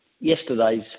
Yesterday's